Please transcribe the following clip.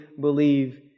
believe